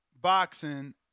boxing